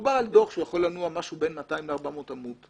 ומדובר על דוח שיכול לנוגע משהו בין 200 ל-400 עמוד,